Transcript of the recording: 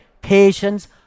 patience